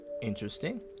interesting